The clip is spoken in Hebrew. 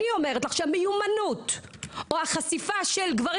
אני אומרת לך שהמיומנות או החשיפה אפילו של גברים